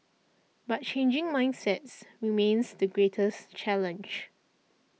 but changing mindsets remains the greatest challenge